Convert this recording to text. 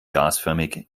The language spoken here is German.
gasförmig